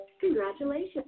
Congratulations